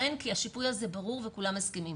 אין כי השיפוי הזה ברור וכולם מסכימים.